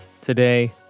Today